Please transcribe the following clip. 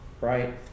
right